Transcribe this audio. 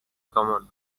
common